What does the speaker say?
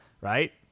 right